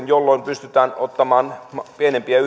jolloin pystytään ottamaan pienempiä